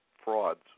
frauds